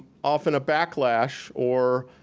often a backlash, or